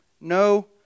No